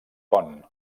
pont